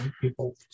people